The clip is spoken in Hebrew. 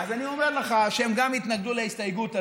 אז אני אומר לך שהם גם יתנגדו להסתייגות הזאת.